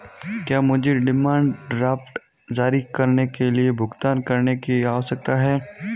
क्या मुझे demand draft जारी करने के लिए भुगतान करने की आवश्यकता है?